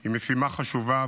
הוא משימה חשובה,